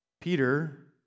Peter